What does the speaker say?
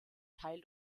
teil